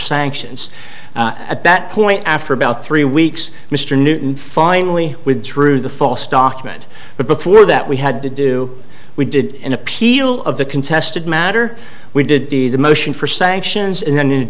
sanctions at that point after about three weeks mr newton finally with through the false document but before that we had to do we did an appeal of the contested matter we did the the motion for sanctions and then